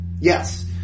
Yes